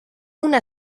una